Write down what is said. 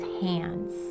hands